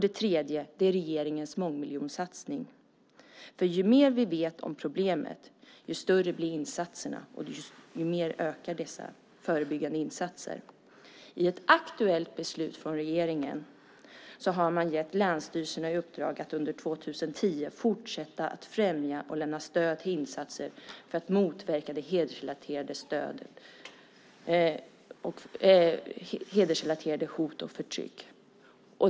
Den tredje är regeringens mångmiljonsatsning. Ju mer vi vet om problemet desto större blir insatserna och desto mer ökar dessa förebyggande insatser. I ett aktuellt beslut från regeringen har man gett länsstyrelserna i uppdrag att under 2010 fortsätta att främja och lämna stöd till insatser för att motverka hedersrelaterade hot och hedersrelaterat förtryck.